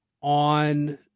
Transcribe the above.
on